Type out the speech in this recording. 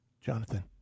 jonathan